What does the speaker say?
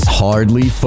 hardly